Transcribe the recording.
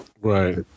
Right